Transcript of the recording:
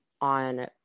on